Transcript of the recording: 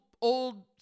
old